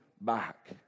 back